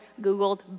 Googled